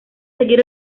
seguir